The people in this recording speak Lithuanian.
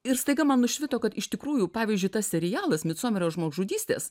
ir staiga man nušvito kad iš tikrųjų pavyzdžiui tas serialas micomerio žmogžudystės